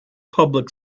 public